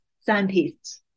scientists